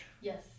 Yes